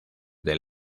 del